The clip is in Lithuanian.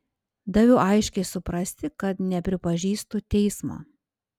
daviau aiškiai suprasti kad nepripažįstu teismo